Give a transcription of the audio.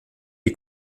est